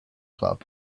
club